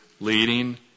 leading